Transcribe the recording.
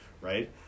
right